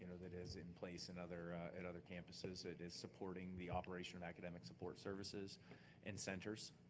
that is in place in other and other campuses that is supporting the operation of academic support services and centers.